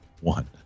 One